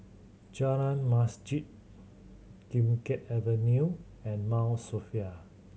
Jalan Masjid Kim Keat Avenue and Mount Sophia